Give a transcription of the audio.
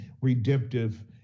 redemptive